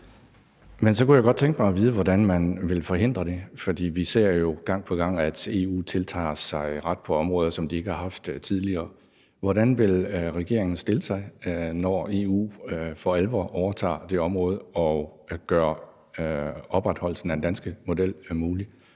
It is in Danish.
Men så kunne jeg godt tænke mig at vide, hvordan man vil forhindre det. For vi ser jo gang på gang, at EU tiltager sig ret på områder, som de ikke har haft tidligere. Hvordan vil regeringen stille sig, når EU for alvor overtager det område, og gøre opretholdelsen af den danske model mulig?